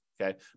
Okay